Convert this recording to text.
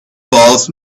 false